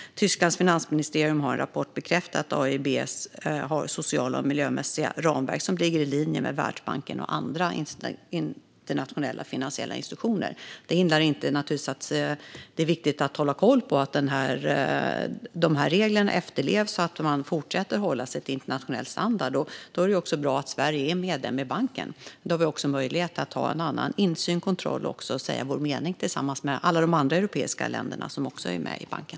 Tysklands finansministerium har i en rapport bekräftat att AIIB har sociala och miljömässiga ramverk som ligger i linje med Världsbankens och andra internationella finansiella institutioners. Detta hindrar naturligtvis inte att det är viktigt att hålla koll på att reglerna efterlevs och att AIIB fortsätter att hålla sig till internationell standard. Då är det också bra att Sverige är medlem i banken, för det ger oss en annan möjlighet till insyn och kontroll och att säga vår mening tillsammans med alla de andra europeiska länder som också är med i banken.